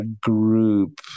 Group